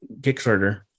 Kickstarter